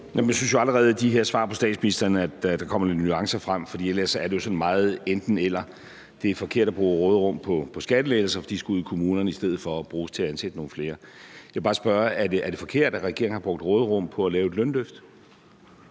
Jeg synes jo allerede, at der med de her svar på statsministerens spørgsmål kommer nogle nuancer frem, for ellers er det jo sådan meget enten-eller. Det er forkert at bruge råderum på skattelettelser, for de skal ud i kommunerne i stedet for at bruges til at ansætte nogle flere. Jeg vil bare spørge, om det er forkert, at regeringen har brugt råderum på at lave et lønløft?